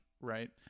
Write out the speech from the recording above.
right